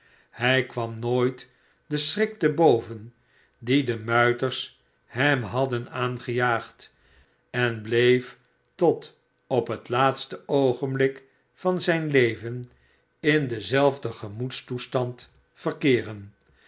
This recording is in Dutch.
hij kwam nooit den schrik te boven die de muiters hem hadden aangejaagd en bleef tot op het laatste oogenblik van zijn leven in denzelfden gemoedstoestand verkeeren